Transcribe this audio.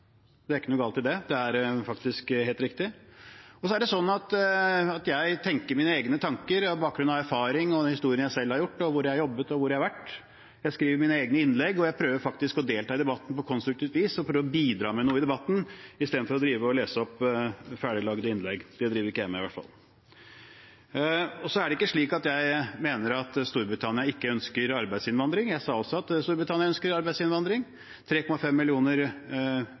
Det er ikke noe galt i det, det er faktisk helt riktig. Så er det sånn at jeg tenker mine egne tanker på bakgrunn av erfaring og den historien jeg selv har, hvor jeg har jobbet, og hvor jeg har vært. Jeg skriver mine egne innlegg, og jeg prøver faktisk å delta i debatten på konstruktivt vis og å bidra med noe i debatten, istedenfor å lese opp ferdiglagde innlegg – det driver ikke jeg med i hvert fall. Jeg mener ikke at Storbritannia ikke ønsker arbeidsinnvandring. Jeg sa at Storbritannia ønsker arbeidsinnvandring. 3,5 millioner